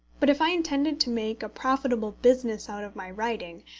but if i intended to make a profitable business out of my writing,